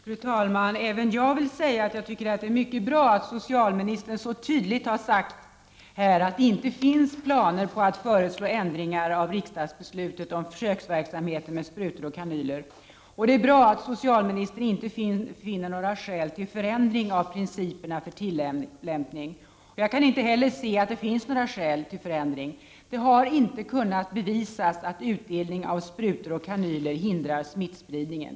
Fru talman! Även jag vill säga att jag tycker att det är mycket bra att socialministern så tydligt här säger att det inte finns några planer på att föreslå ändringar i riksdagsbeslutet om försöksverksamhet med sprutor och kanyler. Det är bra att socialministern inte finner några skäl till förändring av principerna för tillämpningen. Jag kan inte heller se att det skulle finnas några skäl till förändringar. Det har inte kunnat bevisas att utdelning av sprutor och kanyler skulle hindra smittspridningen.